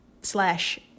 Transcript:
slash